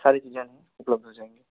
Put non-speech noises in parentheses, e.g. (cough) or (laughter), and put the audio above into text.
सारी चीज़ें (unintelligible) उपलब्ध हो जाएँगी